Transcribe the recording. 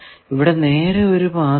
ഇവിടെ നേരെ ഒരു പാത ഉണ്ട്